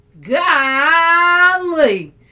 golly